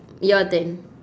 your turn